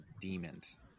demons